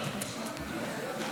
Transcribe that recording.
אני פה.